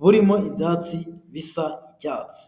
burimo ibyatsi bisa icyatsi.